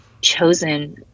chosen